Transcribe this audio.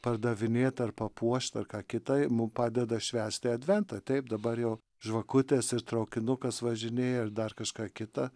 pardavinėt ar papuošti ar ką kitą mum padeda švęsti adventą taip dabar jau žvakutės ir traukinukas važinėja ir dar kažką kita